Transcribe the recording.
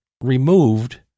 removed